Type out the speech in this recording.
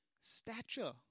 stature